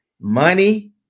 Money